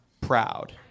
proud